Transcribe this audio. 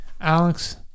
Alex